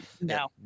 No